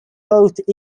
both